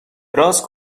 راست